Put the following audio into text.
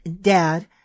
Dad